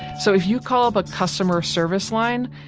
so if you call up a customer service line,